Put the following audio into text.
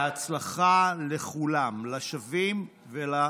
בהצלחה לכולם, לשבים ולחדשים.